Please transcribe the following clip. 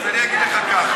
אז אני אגיד לך ככה,